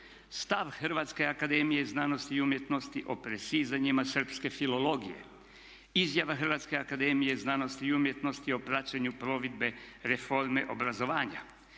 Stav Hrvatske akademije znanosti i umjetnosti o presizanjima srpske filologije. Izjava Hrvatske akademije znanosti i umjetnosti o praćenju provedbe reforme obrazovanja.